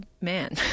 man